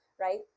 Right